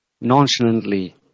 nonchalantly